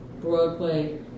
Broadway